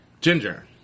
Ginger